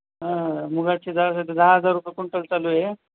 ह मुगाची डाळ सध्या दहा हजार रुपये कुंटल चालू आहे